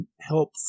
help